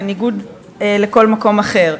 בניגוד לכל מקום אחר,